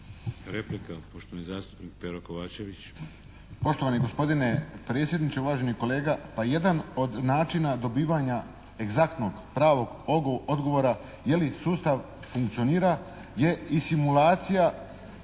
Replika poštovani zastupnik Pero Kovačević. **Kovačević, Pero (HSP)** Poštovani gospodine predsjedniče, uvaženi kolega! Pa jedan od načina dobivanja egzaktnog pravog odgovora je li sustav funkcionira je i simulacija